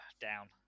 down